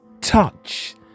touch